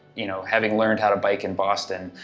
you know, having learned how to bike in boston,